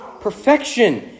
perfection